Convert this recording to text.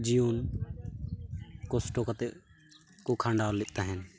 ᱡᱤᱭᱚᱱ ᱠᱚᱥᱴᱚ ᱠᱟᱛᱮᱫ ᱠᱚ ᱠᱷᱟᱸᱰᱟᱣᱞᱮᱫ ᱛᱟᱦᱮᱱ